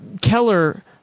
Keller